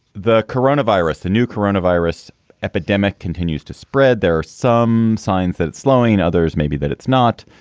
the coronavirus, the new coronavirus epidemic, continues to spread. there are some signs that it's slowing, others maybe that it's not.